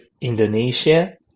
Indonesia